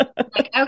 okay